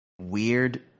weird